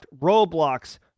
Roblox